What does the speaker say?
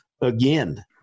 again